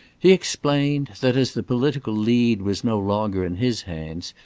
he explained that, as the political lead was no longer in his hands,